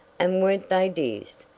and weren't they dears?